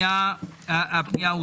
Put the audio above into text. הצבעה בעד רוב גדול אושר.